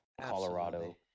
Colorado